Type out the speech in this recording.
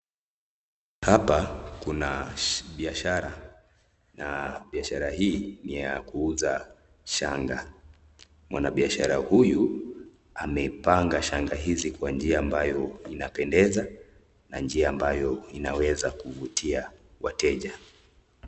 Hapa kuna biashara na biashara hii ni ya kuuza shanga. Mwanabiashara huyu amepanga shanga hizi kwa njia ambayo inapendeza na njia ambayo inaweza kuvutia wateja.